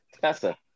Tessa